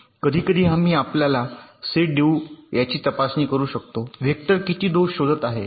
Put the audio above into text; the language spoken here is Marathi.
कधीकधी आम्ही आपला सेट देऊ याची तपासणी करू शकतो वेक्टर किती दोष शोधत आहेत